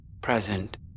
present